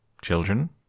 Children